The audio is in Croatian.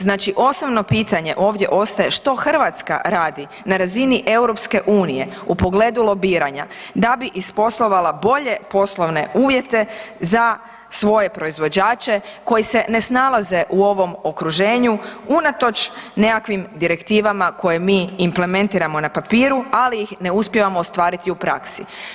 Znači osnovno pitanje ovdje ostaje što Hrvatska radi na razini EU-a u pogledu lobiranja da bi isposlovala bolje poslovne uvjete za svoje proizvođače koji se ne snalaze u ovom okruženju unatoč nekakvim direktivama koje mi implementiramo na papiru ali ih ne uspijevamo ostvariti u praksi?